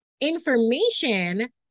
information